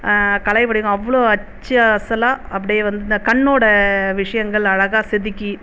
கலை வடிவம் அவ்வளோ அச்சு அசலாக அப்படியே வந்து இந்த கண்ணோட விஷயங்கள் அழகாக செதுக்கி